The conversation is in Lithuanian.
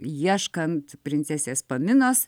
ieškant princesės paminos